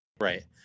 Right